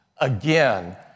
Again